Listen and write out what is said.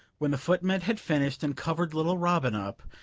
when the footman had finished and covered little robin up,